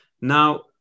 Now